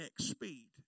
speed